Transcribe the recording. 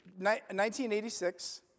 1986